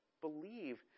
believe